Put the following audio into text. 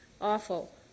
awful